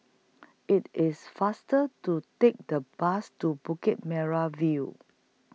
IT IS faster to Take The Bus to Bukit Merah View